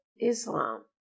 Islam